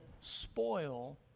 spoil